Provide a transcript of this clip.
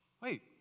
Wait